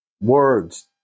words